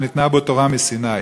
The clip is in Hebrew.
שניתנה בו תורה מסיני.